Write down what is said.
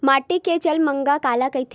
माटी के जलमांग काला कइथे?